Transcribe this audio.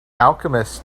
alchemist